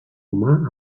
romà